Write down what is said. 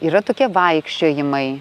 yra tokie vaikščiojimai